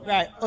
Right